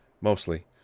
Mostly